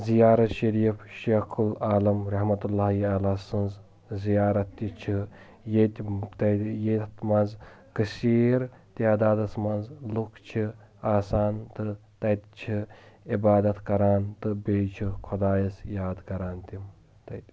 زیارت شریف شیخ العالم رحمتہ اللہ سٕنٛز زیارت تہِ چھِ ییٚتہِ تتہِ یتھ منٛز کٔسیٖر تعدادس منٛز لُکھ چھِ آسان تہٕ تتہِ چھِ عبادت کران تہٕ بیٚیہِ چھِ خۄدایس یاد کران تِم تتہِ